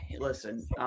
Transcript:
listen –